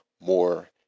more